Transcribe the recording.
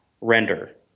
render